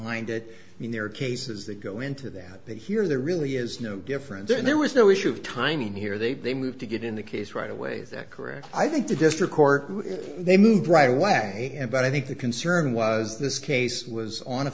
hind it i mean there are cases that go into that they hear there really is no different then there was no issue of timing here they've they moved to get in the case right away that correct i think the district court they moved right away but i think the concern was this case was on a